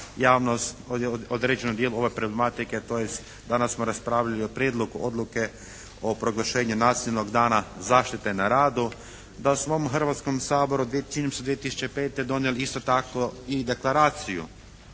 javnost u određenom dijelu ove pragmatike, tj. danas smo raspravljali o prijedlogu odluke o proglašenju Nacionalnog dana zaštite na radu, …/Govornik se ne razumije./… Hrvatskom saboru već 2005. donijeli isto tako i Deklaraciju